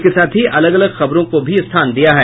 इसके साथ ही अलग अलग खबरों को भी स्थान दिया है